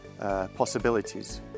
possibilities